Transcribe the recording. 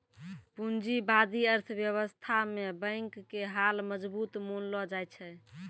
पूंजीबादी अर्थव्यवस्था मे बैंक के हाल मजबूत मानलो जाय छै